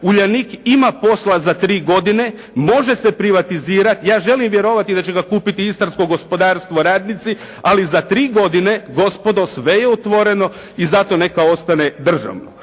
"Uljanik" ima posla za tri godine, može se privatizirati, ja želim vjerovati da će ga kupiti istarsko gospodarstvo, radnici, ali za tri godine gospodo sve je otvoreno i zato neka ostane državno.